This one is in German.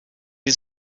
die